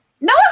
No